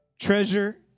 treasure